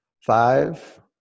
Five